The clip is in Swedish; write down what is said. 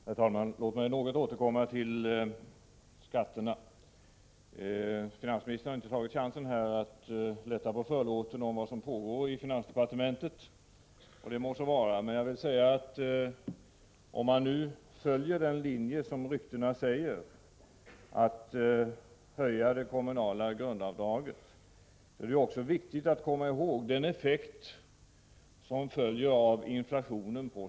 Herr talman! Låt mig något återkomma till skatterna. Finansministern har inte tagit chansen att lätta på förlåten och tala om vad som pågår i finansdepartementet. Det må så vara, men jag vill säga, att om man nu följer den linje som ryktena talar om, att det kommunala grundavdraget skall höjas, är det också viktigt att komma ihåg den effekt på skatteskalan som följer av inflationen.